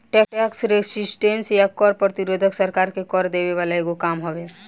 tax resistance या कर प्रतिरोध सरकार के कर देवे वाला एगो काम हवे